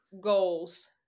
goals